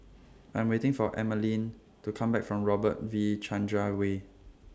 I'm waiting For Emaline to Come Back from Robert V Chandran Way